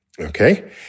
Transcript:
Okay